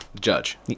judge